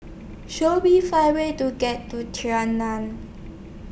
Show Me five ways to get to